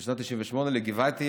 לגבעתי.